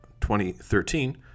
2013